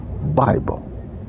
Bible